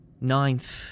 Ninth